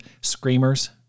screamers